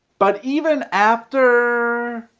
but even after,